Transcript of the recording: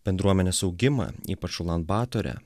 bendruomenės augimą ypač ulan batore